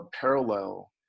parallel